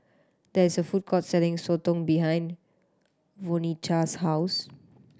there is a food court selling sotong behind Vonetta's house